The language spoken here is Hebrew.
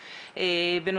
בוקר טוב לכולם,